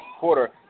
quarter